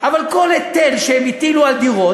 אבל כל היטל שהם הטילו על דירות,